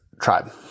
tribe